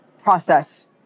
process